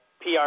PR